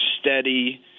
Steady